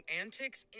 antics